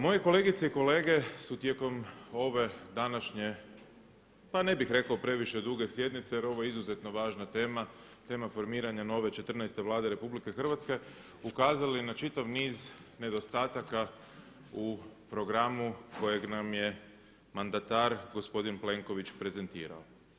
Moje kolegice i kolege su tijekom ove današnje, pa ne bih rekao previše duge sjednice, jer ovo je izuzetno važna tema, tema formiranja nove četrnaeste Vlade RH ukazali na čitav niz nedostatak u programu kojeg nam je mandatar gospodin Plenković prezentirao.